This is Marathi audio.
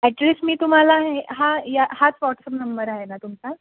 ॲड्रेस मी तुम्हाला हे हा या हाच व्हॉट्सअप नंबर आहे का तुमचा